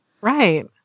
Right